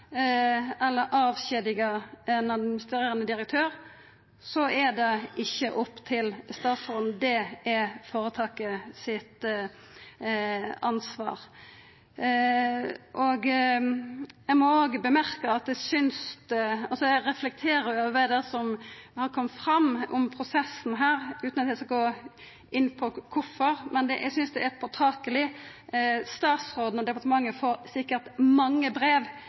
direktør avskjed, er det ikkje opp til statsråden. Det har føretaket ansvar for. Eg reflekterer over det som har kome fram om prosessen her, utan at eg skal gå inn på kvifor, men eg synest det er påtakeleg. Statsråden og departementet får sikkert mange brev